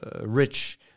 rich